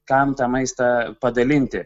kam tą maistą padalinti